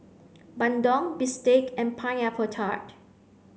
Bandung bistake and pineapple tart